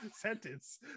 sentence